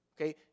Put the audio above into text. Okay